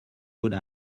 would